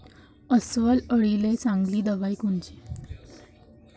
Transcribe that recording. अस्वल अळीले चांगली दवाई कोनची?